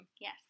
Yes